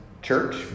church